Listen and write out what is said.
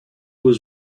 was